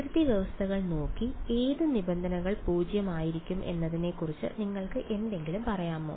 അതിർത്തി വ്യവസ്ഥകൾ നോക്കി ഏത് നിബന്ധനകൾ 0 ആയിരിക്കും എന്നതിനെക്കുറിച്ച് നിങ്ങൾക്ക് എന്തെങ്കിലും പറയാമോ